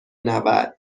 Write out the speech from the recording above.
نود